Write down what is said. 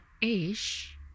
ish